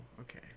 okay